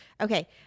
Okay